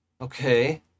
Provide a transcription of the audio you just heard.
Okay